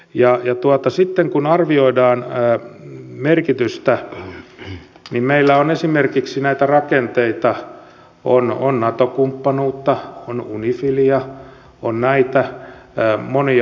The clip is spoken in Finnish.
ja sitten kun arvioidaan merkitystä niin meillä on esimerkiksi näitä rakenteita on nato kumppanuutta on unifiliä on näitä monia